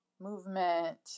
movement